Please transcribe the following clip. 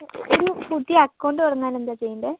ഒരു പുതിയ അക്കൌണ്ട് തുടങ്ങാൻ എന്താ ചെയ്യേണ്ടത്